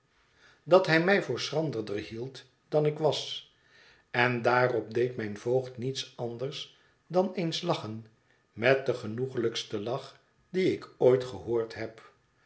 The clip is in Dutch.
dat hij mij voor schranderder hield dan ik was en daarop deed mijn voogd niets anders dan eens lachen met den genoeglijksten lach dien ik ooit gehoord heb